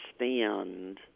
understand